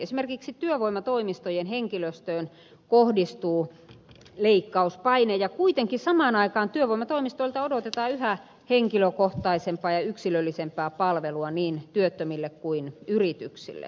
esimerkiksi työvoimatoimistojen henkilöstöön kohdistuu leikkauspaine ja kuitenkin samaan aikaan työvoimatoimistoilta odotetaan yhä henkilökohtaisempaa ja yksilöllisempää palvelua niin työttömille kuin yrityksille